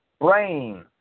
Brain